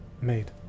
made